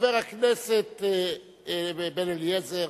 חבר הכנסת בן-אליעזר,